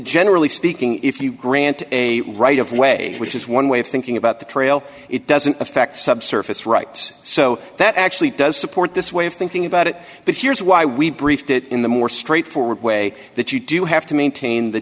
generally speaking if you grant a right of way which is one way of thinking about the trail it doesn't affect subsurface rights so that actually does support this way of thinking about it but here's why we briefed it in the more straightforward way that you do have to maintain the